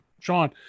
Sean